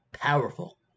powerful